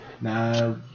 No